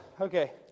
okay